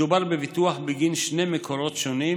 מדובר בביטוח בגין שני מקורות שונים,